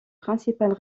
principales